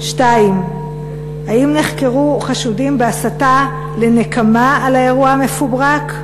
2. האם נחקרו חשודים בהסתה לנקמה על האירוע המפוברק?